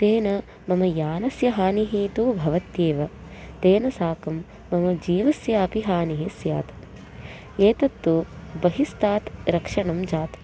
तेन मम यानस्य हानिः तु भवत्येव तेन साकं मम जीवस्यापि हानिः स्यात् एतत् तु बहिस्तात् रक्षणं जातम्